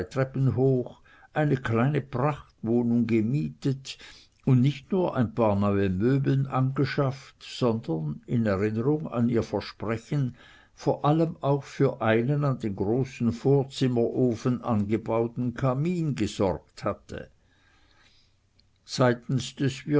treppen hoch eine kleine prachtwohnung gemietet und nicht nur ein paar neue möbeln angeschafft sondern in erinnerung an ihr versprechen vor allem auch für einen an den großen vorderzimmerofen angebauten kamin gesorgt hatte seitens des